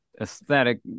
aesthetic